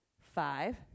five